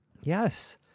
Yes